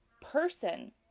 person